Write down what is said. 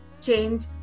change